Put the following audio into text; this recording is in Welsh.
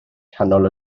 canol